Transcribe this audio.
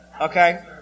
okay